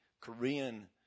Korean